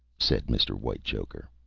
said mr. whitechoker.